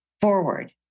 forward